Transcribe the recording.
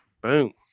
Boom